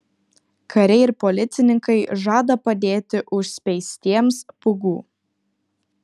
kariai ir policininkai žada padėti užspeistiems pūgų